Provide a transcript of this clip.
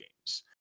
games